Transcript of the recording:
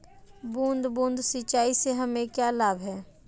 बूंद बूंद सिंचाई से हमें क्या लाभ है?